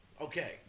okay